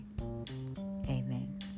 Amen